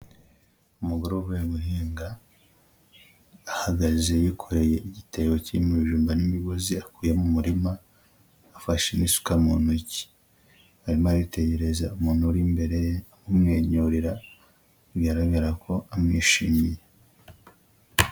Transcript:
Umugore uvuye guhinga ahagaze yikoreye igitebo kirimo ibijumba n'imigozi akuye mu murima, afashe n'isuka mu ntoki, hanyuma yitegereza umuntu uri imbere amwenyura bigaragara ko amwishimiye.